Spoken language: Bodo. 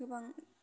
गोबां